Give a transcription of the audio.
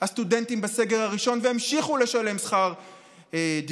הסטודנטים בסגר הראשון והמשיכו לשלם שכר דירה.